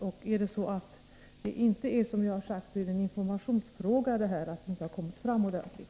Det är fråga om att informationen inte kommit fram ordentligt.